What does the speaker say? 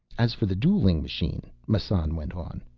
as for the dueling machine, massan went on,